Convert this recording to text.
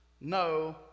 No